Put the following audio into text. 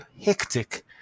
hectic